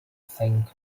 think